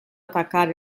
atacar